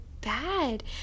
bad